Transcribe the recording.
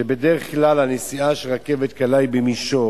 שם בדרך כלל הנסיעה של רכבת קלה היא במישור,